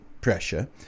pressure